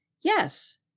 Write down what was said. Yes